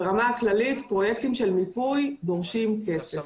ברמה הכללית פרויקטים של מיפוי דורשים כסף.